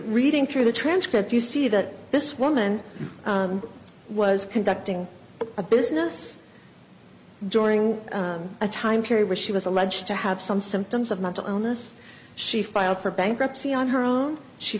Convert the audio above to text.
reading through the transcript you see that this woman was conducting a business during a time period where she was alleged to have some symptoms of mental illness she filed for bankruptcy on her own she